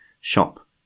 shop